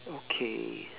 okay